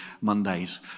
Mondays